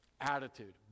attitude